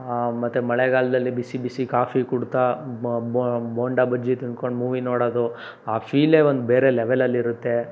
ಮತ್ತು ಮಳೆಗಾಲದಲ್ಲಿ ಬಿಸಿ ಬಿಸಿ ಕಾಫಿ ಕುಡೀತಾ ಬೋಂಡಾ ಬಜ್ಜಿ ತಿನ್ಕೊಂಡು ಮೂವಿ ನೋಡೋದು ಆ ಫೀಲೇ ಒಂದು ಬೇರೆ ಲೆವೆಲಲ್ಲಿ ಇರುತ್ತೆ